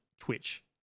Twitch